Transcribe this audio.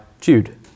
Jude